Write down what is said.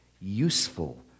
useful